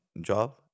job